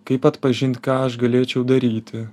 kaip atpažint ką aš galėčiau daryti